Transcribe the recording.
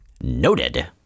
Noted